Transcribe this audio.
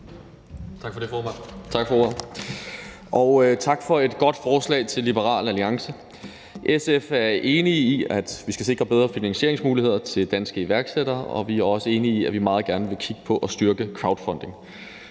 tak til Liberal Alliance for et godt forslag. SF er enige i, at vi skal sikre bedre finansieringsmuligheder for danske iværksættere, og vi er også enige i, at vi meget gerne vil kigge på at styrke crowdfunding.